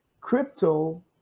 crypto